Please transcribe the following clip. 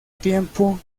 tiempo